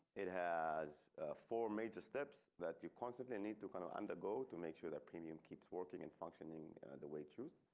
it has four major steps that you constantly need to kind of undergo to make sure that premium keeps working and functioning the way choose.